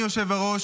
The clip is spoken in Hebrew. אדוני היושב-ראש,